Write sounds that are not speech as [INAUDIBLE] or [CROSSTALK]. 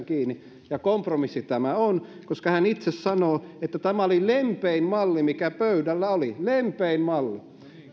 [UNINTELLIGIBLE] kiinni ja kompromissi tämä on koska hän itse sanoo että tämä oli lempein malli mikä pöydällä oli lempein malli